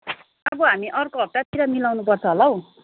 अब हामी अर्को हप्तातिर मिलाउनुपर्छ होला हौ